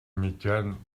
mitjan